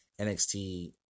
NXT